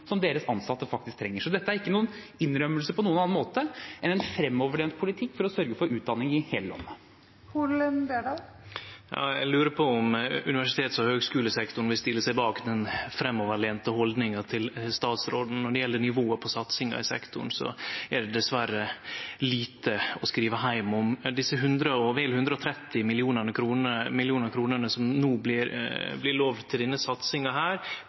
som deres ansatte faktisk trenger. Så dette er ikke noen innrømmelse på noen annen måte enn en fremoverlent politikk for å sørge for utdanning i hele landet. Eg lurer på om universitets- og høgskulesektoren vil stille seg bak den framoverlente haldninga til statsråden. Når det gjeld nivået på satsinga i sektoren, er det dessverre lite å skrive heim om. Desse vel 130 mill. kr som no blir lova til denne satsinga,